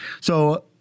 So-